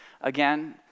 again